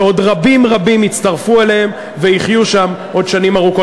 שעוד רבים רבים יצטרפו אליהם ויחיו שם עוד שנים ארוכות.